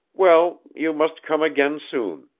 well, you must come again soon.